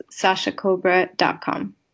sashacobra.com